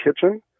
kitchen